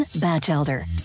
Batchelder